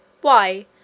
Why